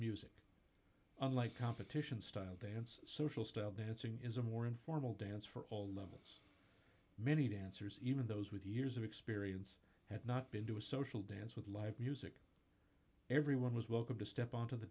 music unlike competitions style dance social style dancing is a more informal dance for all levels many dancers even those with years of experience have not been to a social dance with live music everyone was welcome to step on to the